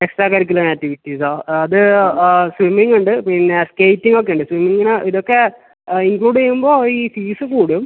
extra curricular activities അത് swimming ഉണ്ട് പിന്നെ സ്കേറ്റിംഗ് ഒക്കെ ഉണ്ട് സ്വിമ്മിംഗിന് ഇതൊക്കെ ഇൻക്ലൂഡ് ചെയ്യുമ്പോൾ ഈ ഫീസ് കൂടും